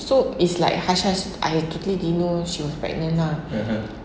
so it's like hush hush I totally didn't know she was pregnant lah